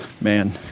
man